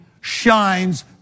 shines